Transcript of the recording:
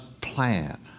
plan